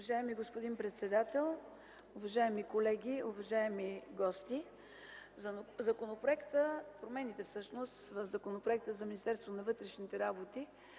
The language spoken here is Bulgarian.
Уважаеми господин председател, уважаеми колеги, уважаеми гости! Промените в Законопроекта за Министерството на вътрешните работи,